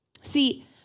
See